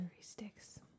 sticks